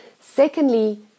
Secondly